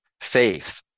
faith